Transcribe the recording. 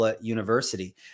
University